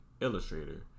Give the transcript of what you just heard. illustrator